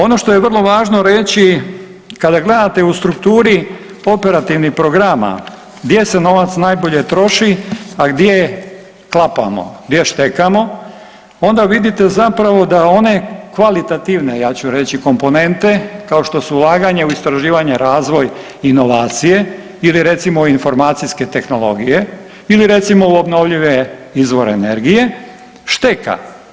Ono što je vrlo važno reći kada gledate u strukturi operativnih programa gdje se novac najbolje troši, a i gdje klapamo, gdje štekamo, onda vidite zapravo da one kvalitativne ja ću reći komponente kao što su ulaganje u istraživanje i razvoj inovacije ili recimo informacijske tehnologije ili recimo u obnovljive izvore energije šteka.